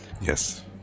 Yes